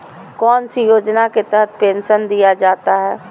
कौन सी योजना के तहत पेंसन दिया जाता है?